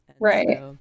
right